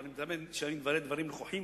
אבל אני מתכוון שאני אומר דברים נכוחים,